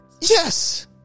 yes